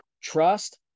Trust